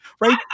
right